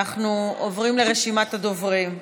אנחנו עוברים לרשימת הדוברים.